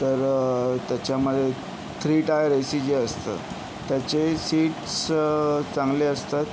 तर त्याच्यामध्ये three tier A C जे असतात त्याचे सीट्स चांगले असतात